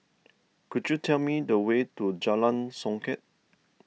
could you tell me the way to Jalan Songket